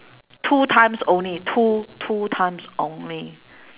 two times only two two times only